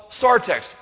sartex